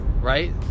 right